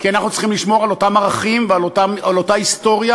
כי אנחנו צריכים לשמור על אותם ערכים ועל אותה היסטוריה